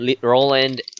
Roland